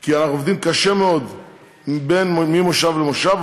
כי אנחנו עובדים קשה מאוד ממושב למושב,